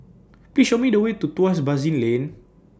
Please Show Me The Way to Tuas Basin Lane